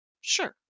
Sure